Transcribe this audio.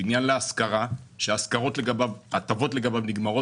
בניין להשכרה שההטבות לגביו מסתיימות